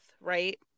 right